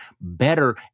better